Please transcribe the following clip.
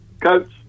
Coach